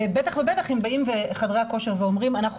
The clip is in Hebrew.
ובטח ובטח אם באים חדרי הכושר ואומרים: אנחנו